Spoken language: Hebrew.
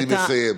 אני מסיים.